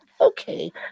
Okay